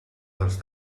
dels